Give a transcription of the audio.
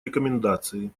рекомендации